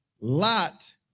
Lot